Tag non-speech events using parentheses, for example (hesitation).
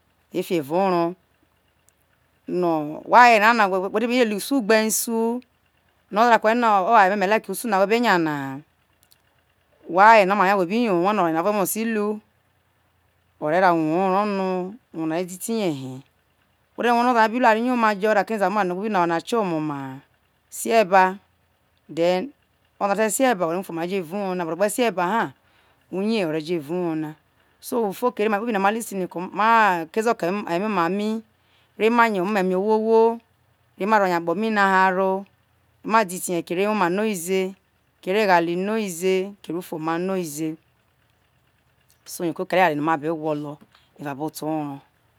(unintelligible) ifi evao oro no we aye na na wete bi we usu ugbenesu ore ta ke owhe no me like usu na no we be nya na na (hesitation) we aye na oma ye we bi yo ha we no oye na we mosi lu ore raha uwo oro no uwo na re ditiye he were rue no oza ra bi lu oware yoma jo ta kie oza me oware no wobi lu na okie ho ome oma ha sie ba fhen oza te sie ba ufuoma re jo erao uwona ogbe si ba ha uye ore jo evao uwo na so ufuo kere mai kpobi ha listen kezo ke omo ma me re ma yo eme owho owho re me ro yo akpo mi na haro ma ditihe kere ewoma noize kere eghale noize kere ufuoma noize so okere eware no ma be gwolo evao abo to oro